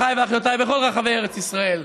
אחיי ואחיותיי בכל רחבי ארץ ישראל,